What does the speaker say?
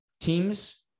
teams